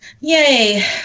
Yay